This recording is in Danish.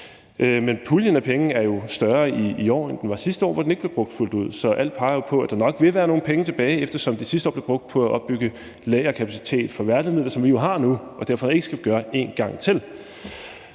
men puljen af penge er jo større i år, end den var sidste år, hvor den ikke blev brugt fuldt ud, så alt peger jo på, at der nok vil være nogle penge tilbage, eftersom de sidste år blev brugt på at opbygge lagerkapacitet for værnemidler, hvilket vi jo har nu, og derfor skal vi ikke gøre det en gang til.